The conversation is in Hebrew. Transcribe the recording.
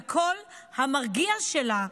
והקול המרגיע שלה,